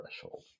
threshold